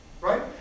right